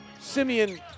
Simeon